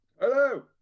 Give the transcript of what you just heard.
Hello